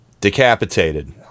decapitated